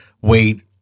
wait